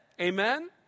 Amen